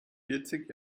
vierzig